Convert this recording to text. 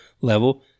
level